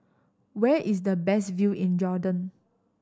where is the best view in Jordan